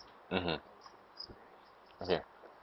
mmhmm okay